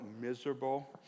miserable